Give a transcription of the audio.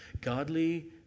Godly